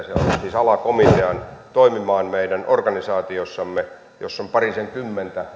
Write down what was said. migration subcommitteen alakomitean toimimaan meidän organisaatiossamme jossa on parisenkymmentä